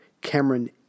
Cameron